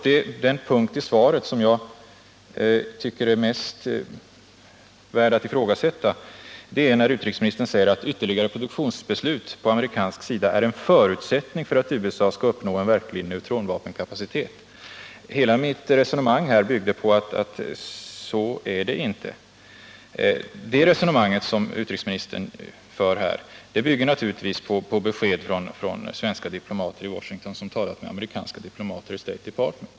Den punkt i svaret som jag tycker är mest värd att ifrågasätta är när utrikesministern säger att ytterligare produktionsbeslut på amerikansk sida är en förutsättning för att USA skall uppnå en verklig neutronvapenkapacitet. Hela mitt resonemang byggde på att det inte är så. Det resonemang som utrikesministern för bygger naturligtvis på besked från svenska diplomater i Washington, som talat med amerikanska diplomater i State Department.